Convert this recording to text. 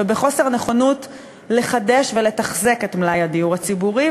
ובחוסר נכונות לחדש ולתחזק את מלאי הדיור הציבורי,